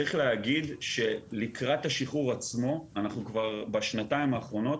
צריך להגיד שלקראת השחרור עצמו בשנתיים האחרונות